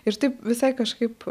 ir taip visai kažkaip